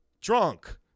drunk